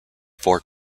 four